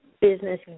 business